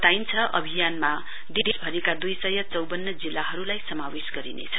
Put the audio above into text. बताइन्छ अभियानमा देशभरिका दुइ सय चौवन्न जिल्लाहरूलाई समावेश गरिनेछ